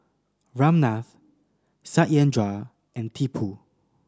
Ramnath Satyendra and Tipu